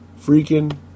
freaking